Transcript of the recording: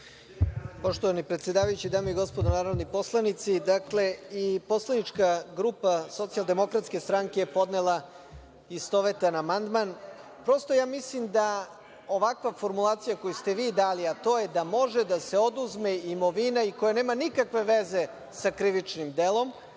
Poštovani predsedavajući, dame i gospodo narodni poslanici, dakle, i poslanička grupa SDS je podnela istovetan amandman. Prosto, mislim da ovakva formulacija koju ste vi dali, a to je da može da se oduzme imovina koja nema nikakve veze sa krivičnim delom,